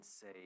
say